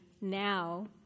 now